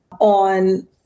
on